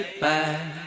back